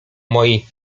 mojej